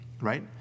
right